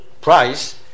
price